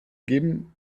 geben